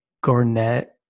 Garnett